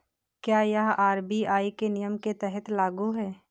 क्या यह आर.बी.आई के नियम के तहत लागू है?